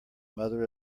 mother